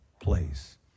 place